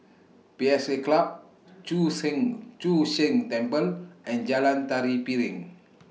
P S A Club Chu Sheng Chu Sheng Temple and Jalan Tari Piring